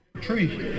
Tree